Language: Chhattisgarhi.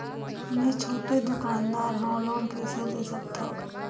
मे छोटे दुकानदार हवं लोन कइसे ले सकथव?